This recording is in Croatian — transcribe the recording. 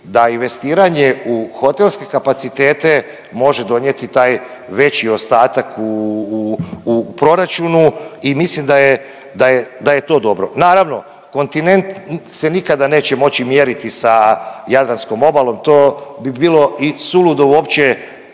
da investiranje u hotelske kapacitete može donijeti taj veći ostatak u, u proračunu i mislim da je, da je, da je to dobro. Naravno, kontinent se nikada neće moći mjeriti sa Jadranskom obalom, to bi bilo i suludo uopće